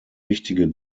wichtige